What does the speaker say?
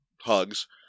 hugs